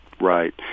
right